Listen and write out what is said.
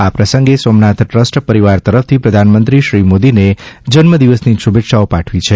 આ પ્રસંગે સોમનાથ ટ્રસ્ટના પરિવાર તરફથી પ્રધાનમંત્રી શ્રી નરેન્દ્ર મોદીને જન્મદિવસની શુભેચ્છાઓ પાઠવી છે